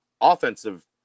offensive